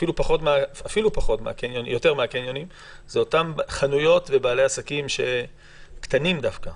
אפילו יותר מהקניונים זה אותם חנויות ובעלי עסקים קטנים דווקא,